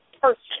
person